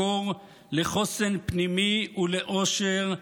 מקור לחוסן פנימי ולאושר,